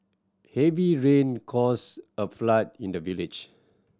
heavy rain caused a flood in the village